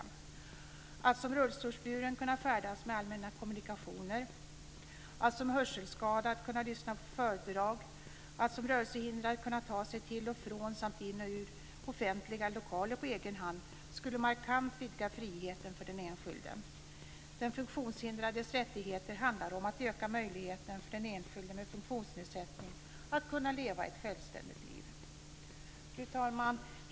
Att man som rullstolsburen kan färdas med allmänna kommunikationer, att man som hörselskadad kan lyssna på föredrag och att man som rörelsehindrad kan ta sig till och från samt in i och ut ur offentliga lokaler på egen hand vidgar markant friheten för den enskilde. Den funktionshindrades rättigheter handlar om att öka möjligheten för den enskilde med funktionsnedsättning att leva ett självständigt liv. Fru talman!